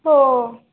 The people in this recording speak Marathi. हो